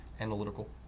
analytical